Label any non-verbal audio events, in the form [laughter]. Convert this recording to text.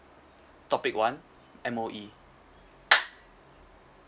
topic one M_O_E [noise]